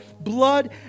blood